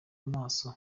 amaso